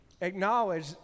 acknowledge